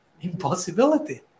Impossibility